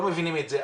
לא מבינים את זה.